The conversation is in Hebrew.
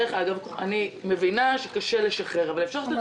אני מבינה שקשה לשחרר --- שר התחבורה